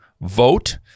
vote